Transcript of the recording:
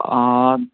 অঁ